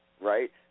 right